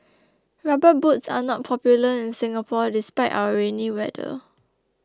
rubber boots are not popular in Singapore despite our rainy weather